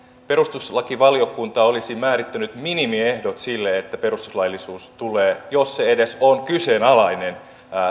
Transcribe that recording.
perustuslakivaliokunta olisi määrittänyt minimiehdot sille että perustuslaillisuus tulee jos se edes on kyseenalainen